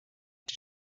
die